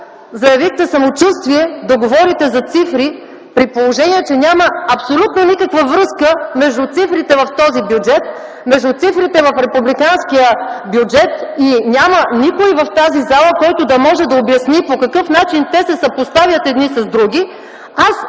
заявихте самочувствие да говорите за цифри, при положение че няма абсолютно никаква връзка между цифрите в този бюджет и между цифрите в републиканския бюджет, и няма никой в тази зала, който да може да обясни по какъв начин те се съпоставят едни с други,